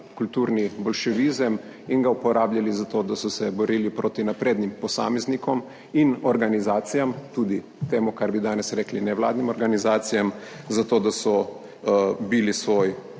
kulturni boljševizem in ga uporabljali za to, da so se borili proti naprednim posameznikom in organizacijam, tudi temu, kar bi danes rekli nevladnim organizacijam, za to, da so bili svoj